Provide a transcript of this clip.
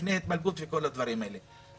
לפני התפלגות וכל הדברים האלה.